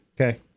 Okay